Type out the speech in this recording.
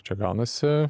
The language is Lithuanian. čia gaunasi